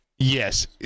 yes